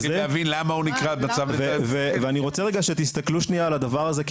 ואני רוצה רגע שתסתכלו על הדבר הזה,